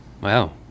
Wow